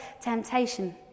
temptation